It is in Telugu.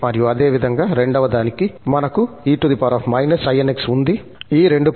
మరియు అదేవిధంగా రెండవదానికి మనకు e inx ఉంది ఈ రెండు ప్రదేశాలలో e inx ఉంది